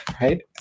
right